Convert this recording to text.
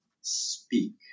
speak